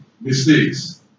mistakes